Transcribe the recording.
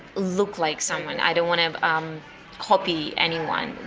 look like someone. i don't want to um copy anyone.